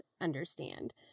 understand